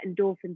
endorphins